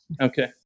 Okay